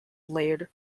layered